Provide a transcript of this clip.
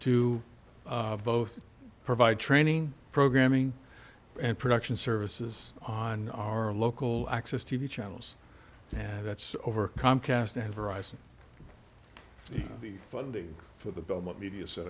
to both provide training programming and production services on our local access t v channels and that's over comcast horizon the funding for the belmont media so